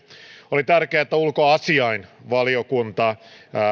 oli tärkeää että ulkoasiainvaliokunta